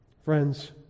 Friends